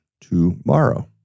tomorrow